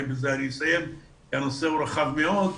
בזה אני אסיים כי הנושא הוא רחב מאוד,